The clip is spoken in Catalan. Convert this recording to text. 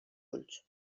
ulls